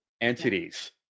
entities